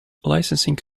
licensing